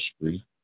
history